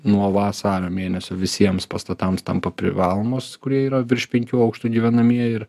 nuo vasario mėnesio visiems pastatams tampa privalomos kurie yra virš penkių aukštų gyvenamieji ir